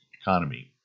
economy